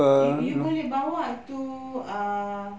you you boleh bawa itu uh